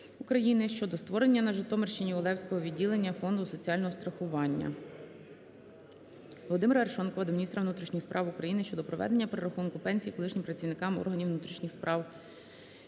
України щодо створення на Житомирщині Олевського відділення Фонду соціального страхування. Володимира Арешонкова до міністра внутрішніх справ України щодо проведення перерахунку пенсій колишнім працівникам органів внутрішніх справ. Групи